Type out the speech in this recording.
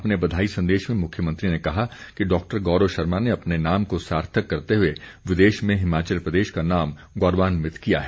अपने बधाई संदेश में मुख्यमंत्री ने कहा कि डॉक्टर गौरव शर्मा ने अपने नाम को सार्थक करते हुए विदेश में हिमाचल प्रदेश का नाम गौरवान्वित किया है